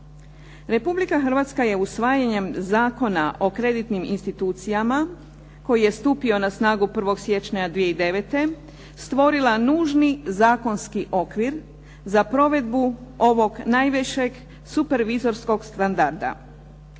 Republika Hrvatska je usvajanjem Zakona o kreditnim institucijama koji je stupio na snagu 1. siječnja 2009. stvorila nužni zakonski okvir za provedbu ovog najvišeg supervizorskog standarda.